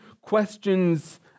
questions